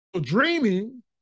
dreaming